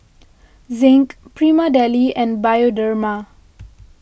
Zinc Prima Deli and Bioderma